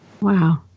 Wow